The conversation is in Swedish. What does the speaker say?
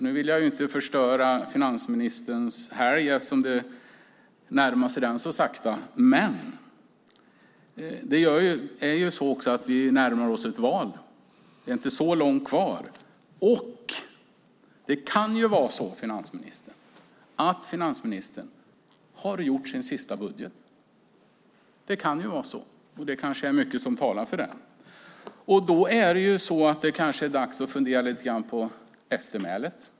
Nu vill jag inte förstöra finansministerns helg, eftersom den närmar sig så sakta, men det är också så att vi närmar oss ett val. Det är inte så långt kvar. Och det kan vara så, finansministern, att finansministern har gjort sin sista budget. Det kan vara så. Det kanske är mycket som talar för det. Det är kanske dags att fundera lite grann på eftermälet.